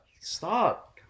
Stop